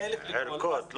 140,000 ערכות.